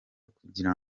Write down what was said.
kugira